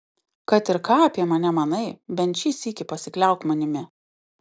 kad ir ką apie mane manai bent šį sykį pasikliauk manimi